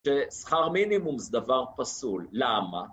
ששכר מינימום זה דבר פסול, למה?